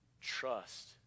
trust